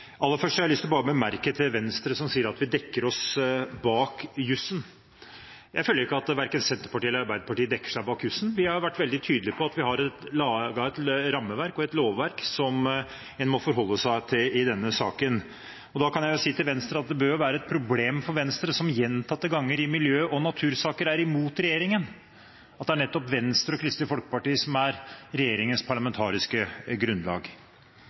Aller først har jeg lyst til å bemerke til Venstre, som sier at vi dekker oss bak jusen: Jeg føler ikke at verken Senterpartiet eller Arbeiderpartiet dekker seg bak jusen. Vi har vært veldig tydelige på at vi har laget et rammeverk og et lovverk som en må forholde seg til i denne saken. Da kan jeg si at det bør være et problem for Venstre, som gjentatte ganger i miljø- og natursaker er imot regjeringen, at det nettopp er Venstre og Kristelig Folkeparti som er regjeringens parlamentariske grunnlag.